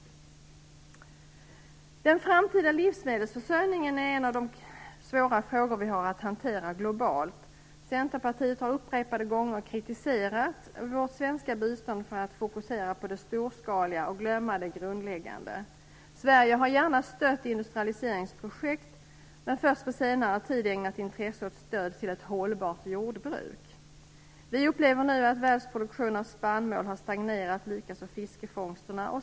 Den framtida livsmedelsförsörjningen är en av de svåra frågor vi har att hantera globalt. Centerpartiet har upprepade gånger kritiserat vårt svenska bistånd för att fokusera på det storskaliga och glömma det grundläggande. Sverige har ju gärna stött industrialiseringsprojekt men först på senare tid ägnat intresse åt stöd till ett hållbart jordbruk. Vi upplever nu att världsproduktionen av spannmål har stagnerat, och likaså fiskefångsterna.